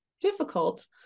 difficult